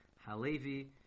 Halevi